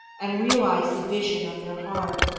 and realize the vision of their heart.